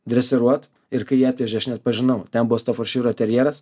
dresiruot ir kai jį atvežė aš neatpažinau ten buvo stoforširo terjeras